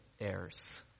heirs